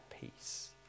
peace